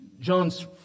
John's